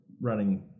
running